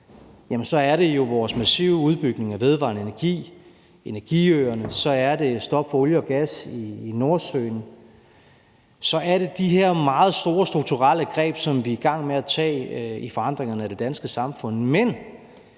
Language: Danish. jo er vores massive udbygning af vedvarende energi; det er energiøerne; stop for olie og gas i Nordsøen; det er de her meget store strukturelle greb, som vi er i gang med at tage i forandringerne af det danske samfund.